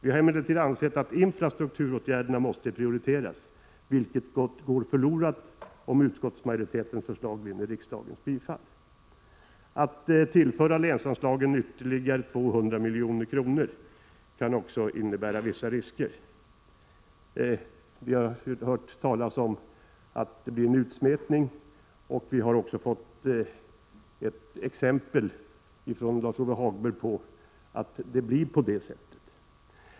Vi har emellertid ansett att infrastrukturåtgärderna måste prioriteras, något som inte blir fallet om utskottsmajoritetens förslag vinner riksdagens bifall. Att tillföra länsanslagen ytterligare 200 milj.kr. kan också innebära vissa risker. Vi har hört sägas att det blir en utsmetning. Vi har också från Lars-Ove Hagberg fått ett exempel på att det blir på det sättet.